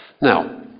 Now